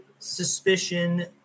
Suspicion